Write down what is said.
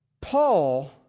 Paul